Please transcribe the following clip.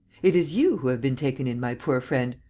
it is you who have been taken in, my poor friend.